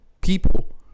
people